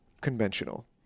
conventional